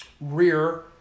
rear